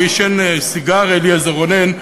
הוא עישן סיגר, אליעזר רונן.